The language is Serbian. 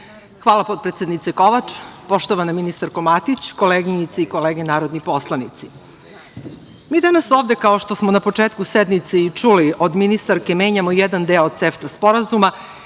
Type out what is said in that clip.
Hvala, potpredsednice Kovač. Poštovana ministarko Matić, koleginice i kolege narodni poslanici, mi danas ovde, kao što smo na početku sednice i čuli od ministarke, menjamo jedan deo CEFTA sporazuma